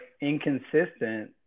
inconsistent